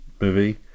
movie